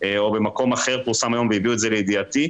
או במקום אחר פורסם היום והביאו את זה לידיעתי,